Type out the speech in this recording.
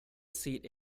seat